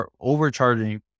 overcharging